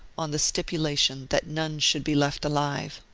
on the stipulation that none should be left alive.